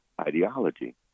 ideology